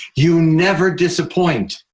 you never disappoint.